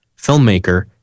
filmmaker